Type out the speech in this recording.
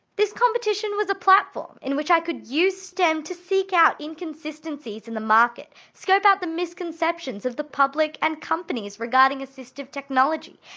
this competition was a platform in which i could use stem to seek out inconsistencies in the market, scope out the misconceptions of the public and companies regarding assistive technology,